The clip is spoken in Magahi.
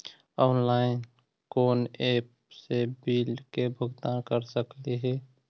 ऑनलाइन कोन एप से बिल के भुगतान कर सकली ही?